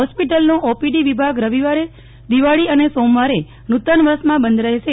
હોસ્પીટલનો OPD વિભાગ રવિવારે દિવાળી અને સોમવારે નુતનવર્શ્નમાં બંધ રહેશે